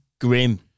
grim